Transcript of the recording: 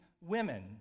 women